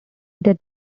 their